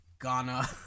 Ghana